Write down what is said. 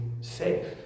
safe